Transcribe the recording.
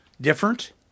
different